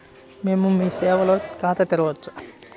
మేము మీ సేవలో ఖాతా తెరవవచ్చా?